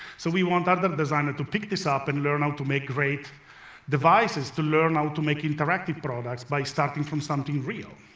so we want other designers to pick this up and learn how to make great devices, to learn how to make interactive products by starting from something real.